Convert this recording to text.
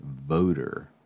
voter